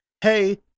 hey